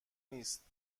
نیست